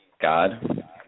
God